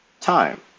time